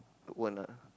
don't want ah